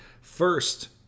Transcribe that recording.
First